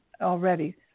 already